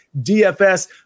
DFS